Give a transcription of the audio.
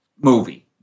movie